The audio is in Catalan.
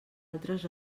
altres